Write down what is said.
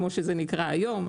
כמו שזה נקרא היום,